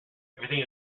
everything